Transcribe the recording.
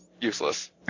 useless